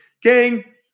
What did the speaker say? gang